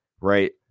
right